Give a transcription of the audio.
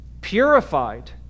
purified